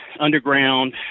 underground